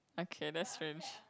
okay that's strange